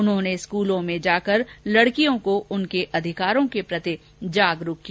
उन्होंने स्कूलों में जाकर लडकियों को उनके अधिकारों के प्रति जागरूक किया